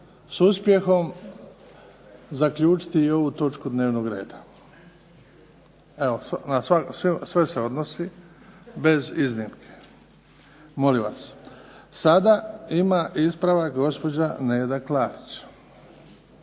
s uspjehom zaključiti i ovu točku dnevnog reda. Evo, na sve se odnosi bez iznimke. Sada ima ispravak gospođa Neda Klarić.